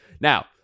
Now